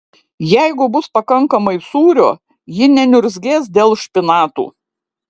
jeigu bus pakankamai sūrio ji neniurzgės dėl špinatų